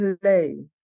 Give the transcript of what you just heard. play